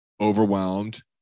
overwhelmed